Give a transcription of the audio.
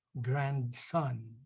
grandson